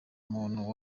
muntu